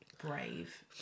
brave